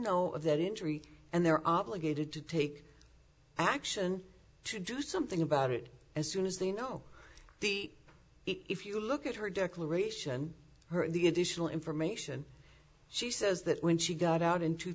of that injury and they're obligated to take action to do something about it as soon as they know the if you look at her declaration her and the additional information she says that when she got out in two